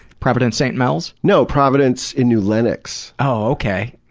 providence st. mel's? no, providence in new lennox. oh, okay.